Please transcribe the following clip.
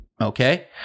Okay